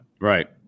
Right